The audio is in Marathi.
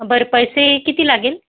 बरं पैसे किती लागेल